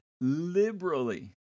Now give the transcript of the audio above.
liberally